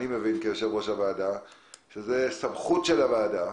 זאת סמכות של הוועדה,